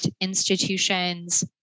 institutions